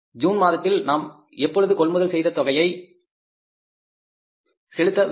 June மாதத்தில் நாம் எப்பொழுது கொள்முதல் செய்த தொகையை செலுத்த வேண்டும்